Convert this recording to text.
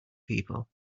people